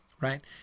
right